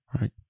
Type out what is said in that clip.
right